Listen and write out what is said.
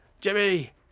Jimmy